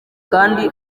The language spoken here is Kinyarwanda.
ahubwo